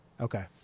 Okay